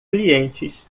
clientes